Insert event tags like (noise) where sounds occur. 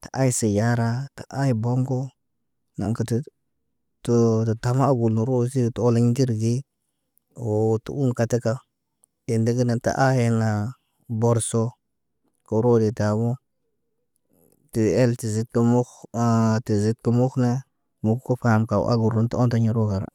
Te ay sayara tə ay boŋgo. Naŋg kətə təə rət tama ogul nə rosi tə oliɲ ŋgirgi. Woo tə uŋg kataka en ndegenan, tə aayena. Borso, oro de tabo dee el tə zət kə mukh, (hesitation) tə zid kə mukh na. Mukh kə faam kaw agurun tə ondeɲa ruu khara.